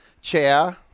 Chair